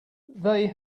they